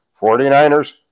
49ers